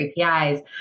APIs